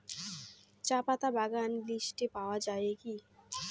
চাপাতা বাগান লিস্টে পাওয়া যায় কি?